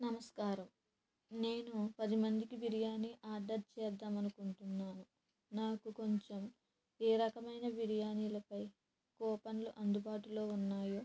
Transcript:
నమస్కారం నేను పదిమందికి బిర్యాని ఆర్డర్ చేద్దాము అనుకుంటున్నాను నాకు కొంచెం ఏ రకమైన బిర్యానీలపై కూపన్లు అందుబాటులో ఉన్నాయో